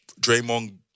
Draymond